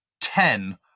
ten